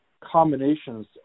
combinations